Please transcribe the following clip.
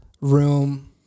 room